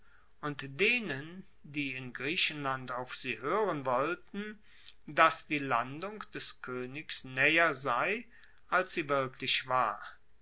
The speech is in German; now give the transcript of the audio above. und denen die in griechenland auf sie hoeren wollten dass die landung des koenigs naeher sei als sie wirklich war